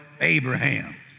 Abraham